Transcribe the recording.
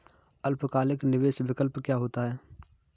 अल्पकालिक निवेश विकल्प क्या होता है?